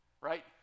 right